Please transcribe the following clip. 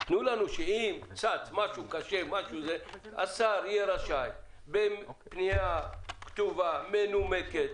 תנו לנו שאם משהו קצת קשה אז השר יהיה רשאי בפנייה כתובה ומנומקת,